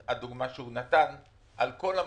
הדוגמה שהוא נתן כאבה לי מאוד על כל מרכיביה.